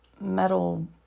metal